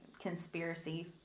conspiracy